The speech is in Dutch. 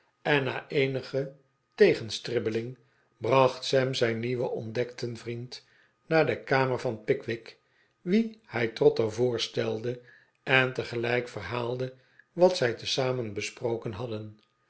en na eenige tegenstribbeling bracht sam zijn nieuw ontdekten vriend naar de kamer van pickwick wien hij trotter voorstelde en tegelijk verhaalde wat zij tezamen besproken hadden